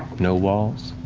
no walls.